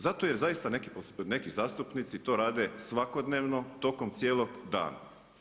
Zato jer zaista neki zastupnici to rade svakodnevno, tokom cijelog dana.